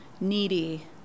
needy